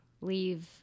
leave